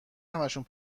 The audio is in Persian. همشون